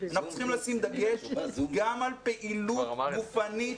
אנחנו צריכים לשים דגש גם על פעילות גופנית,